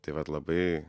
tai vat labai